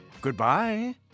Goodbye